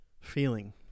feeling